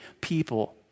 people